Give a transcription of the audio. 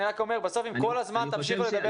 אני רק אומר בסוף אם כל הזמן תמשיך לדבר